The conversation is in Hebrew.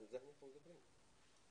מדיניות נתיב ורשות האוכלוסין לעלייה לישראל.